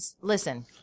listen